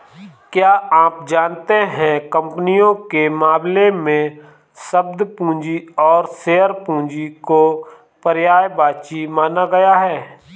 क्या आप जानते है कंपनियों के मामले में, शब्द पूंजी और शेयर पूंजी को पर्यायवाची माना गया है?